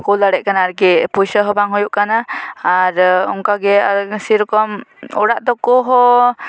ᱠᱳᱞ ᱫᱟᱲᱮᱜ ᱠᱟᱱᱟ ᱟᱨᱠᱤ ᱯᱚᱭᱥᱟ ᱦᱚᱸ ᱵᱟᱝ ᱦᱩᱭᱩᱜ ᱠᱟᱱᱟ ᱟᱨ ᱚᱝᱠᱟ ᱜᱮ ᱥᱮᱨᱚᱠᱚᱢ ᱚᱲᱟᱜ ᱛᱟᱠᱚ ᱦᱚᱸ